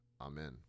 Amen